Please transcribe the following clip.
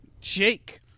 Jake